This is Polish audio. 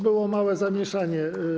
Było małe zamieszanie.